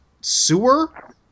sewer